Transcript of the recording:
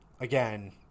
again